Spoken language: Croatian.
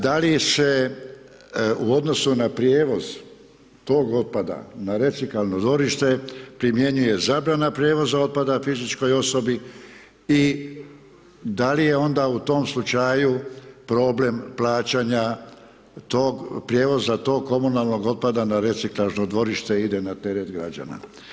Da li se u odnosu na prijevoz tog otpada na recikalno dvorište, primjenjuje zabrana prijevoza otpada fizičkoj osobi i da li je onda u tom slučaju problem plaćanja tog, prijevoza tog komunalnog otpada na reciklažno dvorište, ide na teret građana.